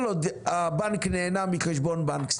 כל עוד הבנק נהנה מחשבון בנק,